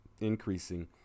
increasing